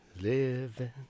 Living